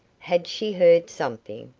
had she heard something,